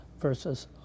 versus